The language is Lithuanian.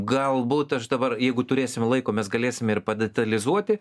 galbūt aš dabar jeigu turėsim laiko mes galėsime ir padetalizuoti